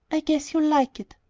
i guess you'll like it.